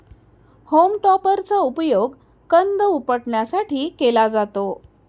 home टॉपरचा उपयोग कंद उपटण्यासाठी केला जातो